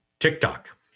TikTok